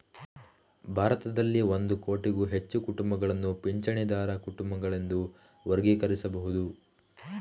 ಭಾರತದಲ್ಲಿ ಒಂದು ಕೋಟಿಗೂ ಹೆಚ್ಚು ಕುಟುಂಬಗಳನ್ನು ಪಿಂಚಣಿದಾರ ಕುಟುಂಬಗಳೆಂದು ವರ್ಗೀಕರಿಸಬಹುದು